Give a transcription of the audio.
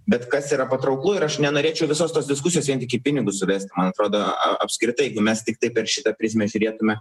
bet kas yra patrauklu ir aš nenorėčiau visos tos diskusijos vien tik į pinigus suvesti man atrodo apskritai jeigu mes tiktai per šitą prizmę žiūrėtume